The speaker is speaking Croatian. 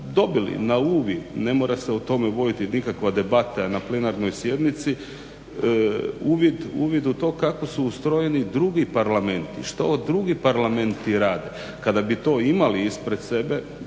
dobili na uvid, ne mora se o tome voditi nikakva debata na plenarnoj sjednici, uvid u to kako su ustrojeni drugi parlamenti, što drugi parlamenti rade. Kada bi to imali ispred sebe